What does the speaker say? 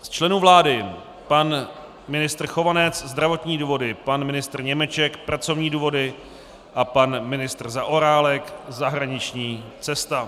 Z členů vlády: pan ministr Chovanec zdravotní důvody, pan ministr Němeček pracovní důvody a pan ministr Zaorálek zahraniční cesta.